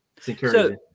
Security